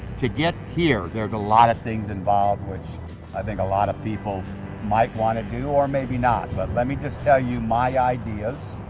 to get here, there's a lot of things involved which i think a lot of people might want to do or maybe not but let me just tell you my ideas,